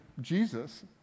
Jesus